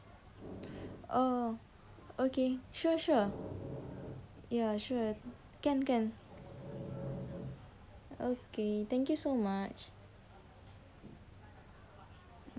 oh okay sure sure ya sure ya can can okay thank you so much